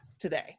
today